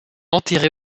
enterré